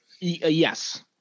Yes